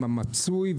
מה מצוי,